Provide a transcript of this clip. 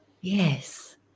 Yes